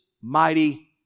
mighty